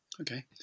Okay